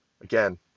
again